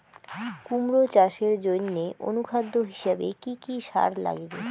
কুমড়া চাষের জইন্যে অনুখাদ্য হিসাবে কি কি সার লাগিবে?